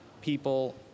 people